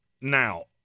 Now